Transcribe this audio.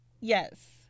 Yes